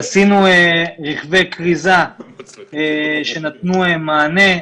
עשינו רכבי כריזה שנתנו מענה,